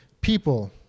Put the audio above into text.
people